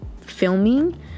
filming